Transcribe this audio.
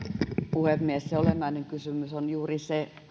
puhemies se olennainen kysymys on juuri se